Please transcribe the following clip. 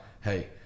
Hey